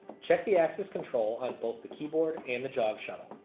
check the access control on both the keyboard and the jog shuttle.